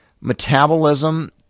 Metabolism